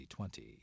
2020